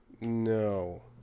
No